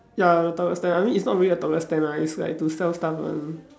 ya the toilet stand I mean it's not really a toilet stand lah it's like to sell stuff one